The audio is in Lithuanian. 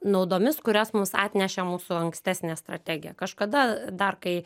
naudomis kurias mums atnešė mūsų ankstesnė strategija kažkada dar kai